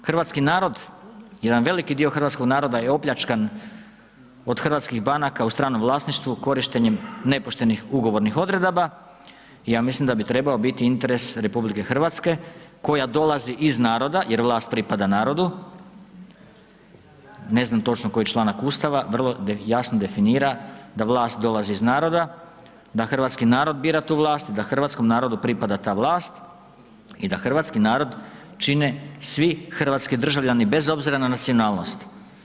Hrvatski narod, jedan veliki dio hrvatskog naroda je opljačkan od hrvatskih banaka u stranom vlasništvu korištenjem nepoštenih ugovornih odredaba i ja mislim da bi trebao biti interes RH koja dolazi iz naroda, jer vlast pripada narodu, ne znam točno koji članak Ustava vrlo jadno definira da vlast dolazi iz naroda, da hrvatski narod bira tu vlast, da hrvatskom narodu pripada ta vlast i da hrvatski narod čine svi hrvatski državljani bez obzira na nacionalnost.